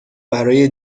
برای